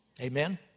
Amen